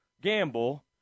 gamble